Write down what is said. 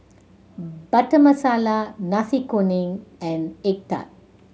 Butter Masala Nasi Kuning and egg tart